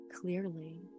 clearly